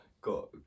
Got